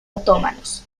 otomanos